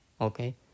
Okay